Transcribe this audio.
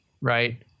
right